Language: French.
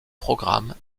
programme